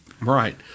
Right